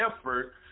effort